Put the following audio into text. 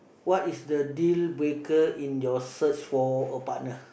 what is the dealbreaker in your search for a partner